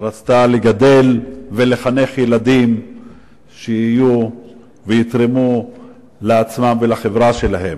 רצתה לגדל ולחנך ילדים שיתרמו לעצמם ולחברה שלהם.